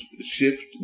shift